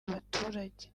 baturage